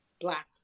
Black